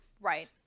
Right